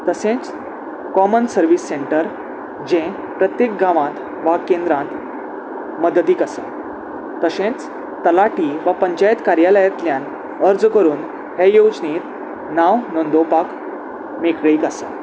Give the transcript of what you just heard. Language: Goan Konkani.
तशेंच कॉमन सर्वीस सेंटर जें प्रत्येक गांवांत वा केंद्रांत मदतीक आसा तशेंच तलाटी वा पंचायत कार्यालयांतल्यान अर्ज करून हे येवजणेंत नांव नोंदोवपाक मेकळीक आसा